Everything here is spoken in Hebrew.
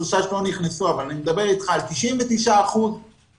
שלושה שלא נכנסו אבל אני מדבר אתך על 99% נכנסו.